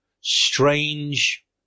Strange